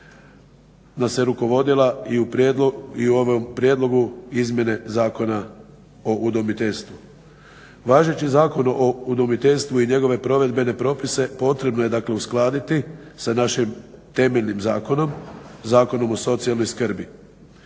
prijedlogu, i u ovom prijedlogu izmjene Zakona o udomiteljstvu. Važeći Zakon o udomiteljstvu i njegove provedbene propise potrebno je dakle uskladiti sa našim temeljnim zakonom, Zakonom o socijalnoj skrbi.